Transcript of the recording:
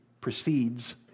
precedes